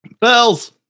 Bells